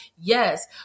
Yes